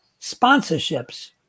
sponsorships